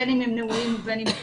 בין אם הם נעולים ובין אם הם פתוחים,